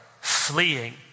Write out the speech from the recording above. fleeing